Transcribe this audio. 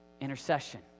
Intercession